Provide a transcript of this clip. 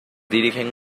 dirigen